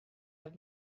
have